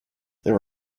there